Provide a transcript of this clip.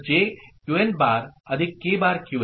Qn' K'